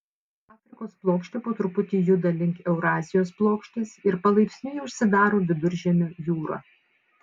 afrikos plokštė po truputį juda link eurazijos plokštės ir palaipsniui užsidaro viduržemio jūra